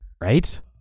Right